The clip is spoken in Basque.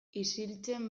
isiltzen